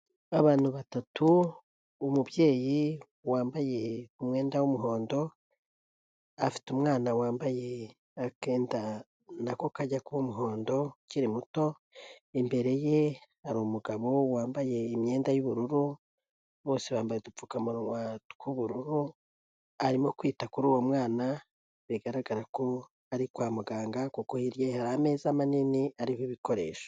Abantu batatu umubyeyi wambaye umwenda w'umuhondo afite umwana wambaye akenda na ko kajya kuba umuhondo ukiri muto, imbere ye hari umugabo wambaye imyenda y'ubururu, bose bambaye udupfukamunwa tw'ubururu arimo kwita kuri uwo mwana, bigaragara ko ari kwa muganga kuko hirya ye hari ameza manini ariho ibikoresho.